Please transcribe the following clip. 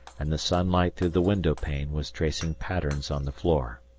and the sunlight through the window-pane was tracing patterns on the floor.